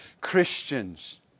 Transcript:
Christians